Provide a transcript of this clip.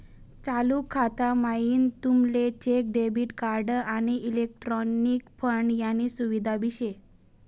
चालू खाता म्हाईन तुमले चेक, डेबिट कार्ड, आणि इलेक्ट्रॉनिक फंड यानी सुविधा भी शे